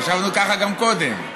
חשבנו ככה גם קודם.